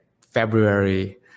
February